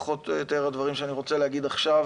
ואלה פחות או יותר הדברים שאני רוצה להגיד עכשיו,